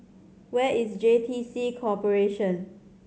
where is J T C Corporation